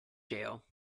jail